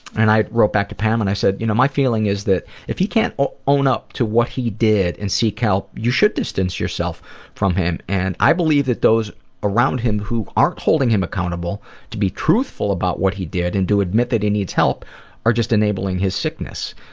and i wrote back to pam and i said you know, my feeling is that if he can't own up to what he did and seek help, you should distance yourself from him. and i believe that those around him who aren't holding him accountable to be truthful about what he did and to admit that he needs help are just enabling his sickness.